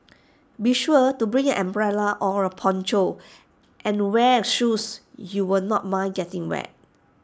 be sure to bring an umbrella or A poncho and wear shoes you will not mind getting wet